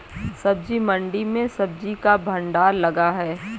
सब्जी मंडी में सब्जी का भंडार लगा है